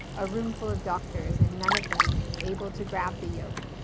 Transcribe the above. a roomful of doctors and none of them able to grab the yoke,